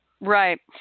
Right